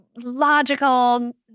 logical